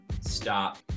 stop